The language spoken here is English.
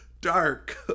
dark